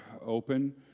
open